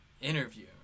interview